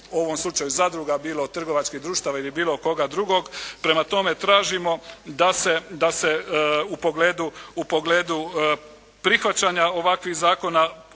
u ovom slučaju zadruga bilo trgovačkih društava ili bilo koga drugog. Prema tome, tražimo da se u pogledu prihvaćanja ovakvih zakona